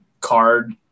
card